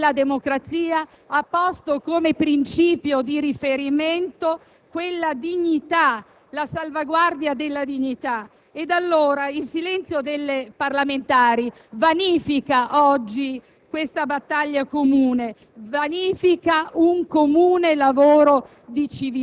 della democrazia ha posto come principio di riferimento la salvaguardia della dignità. Ed allora il silenzio delle parlamentari vanifica oggi questa battaglia comune, vanifica un comune lavoro